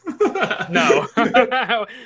No